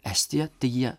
estiją jie